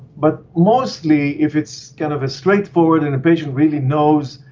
but mostly if it's kind of a straightforward, and the patient really knows,